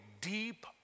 deep